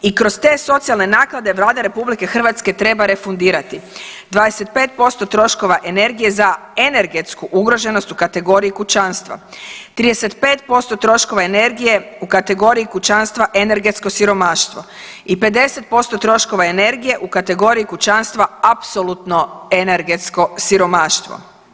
I kroz te socijalne naknade Vlada Republike Hrvatske treba refundirati 25% troškova energije za energetsku ugroženost u kategoriji kućanstva, 35% troškova energije u kategoriji kućanstva energetsko siromaštvo i 50% troškova energije u kategoriji kućanstva apsolutno energetsko siromaštvo.